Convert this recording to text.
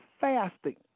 fasting